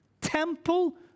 temple